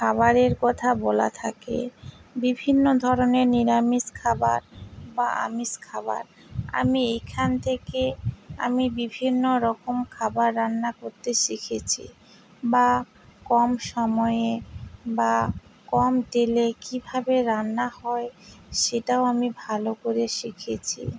খাবারের কথা বলা থাকে বিভিন্ন ধরনের নিরামিষ খাবার বা আমিষ খাবার আমি এইখান থেকে আমি বিভিন্ন রকম খাবার রান্না করতে শিখেছি বা কম সময়ে বা কম তেলে কীভাবে রান্না হয় সেটাও আমি ভালো করে শিখেছি